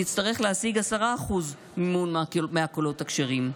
היא תצטרך להשיג 10% מהקולות הכשרים.